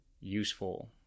useful